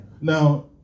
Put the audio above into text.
Now